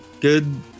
good